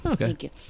okay